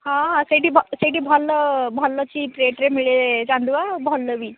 ହଁ ହଁ ସେଇଠି ଭ ସେହିଠି ଭଲ ଭଲ ଚୀପ୍ ରେଟ୍ରେ ମିଳେ ଚାନ୍ଦୁଆ ଆଉ ଭଲ ବି